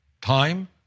time